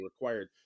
required